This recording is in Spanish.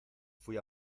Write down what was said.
fuí